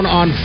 on